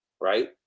right